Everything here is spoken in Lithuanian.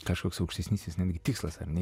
kažkoks aukštesnysis netgi tikslas ar ne